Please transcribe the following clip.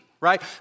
right